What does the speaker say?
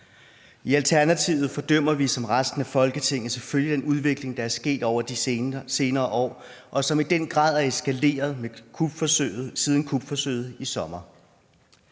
I Alternativet fordømmer vi som resten af Folketinget selvfølgelig den udvikling, der er sket over de senere år, og som i den grad er eskaleret siden kupforsøget i sommer.